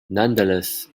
nonetheless